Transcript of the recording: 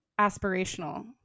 aspirational